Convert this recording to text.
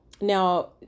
Now